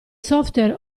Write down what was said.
software